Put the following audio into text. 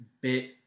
bit